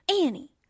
Annie